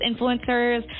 influencers